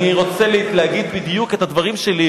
אני רוצה להגיד בדיוק את הדברים שלי.